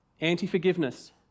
anti-forgiveness